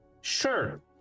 Sure